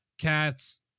Cats